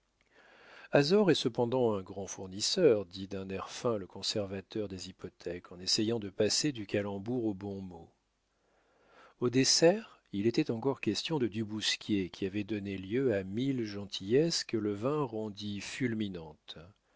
azor est cependant un grand fournisseur dit d'un air fin le conservateur des hypothèques en essayant de passer du calembour au bon mot au dessert il était encore question de du bousquier qui avait donné lieu à mille gentillesses que le vin rendit